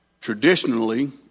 traditionally